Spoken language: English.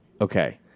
Okay